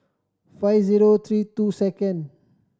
five zero three two second